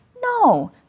No